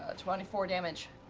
ah twenty four damage.